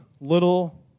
little